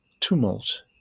Tumult